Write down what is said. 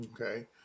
okay